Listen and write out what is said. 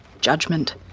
judgment